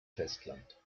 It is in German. festland